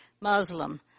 Muslim